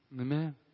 Amen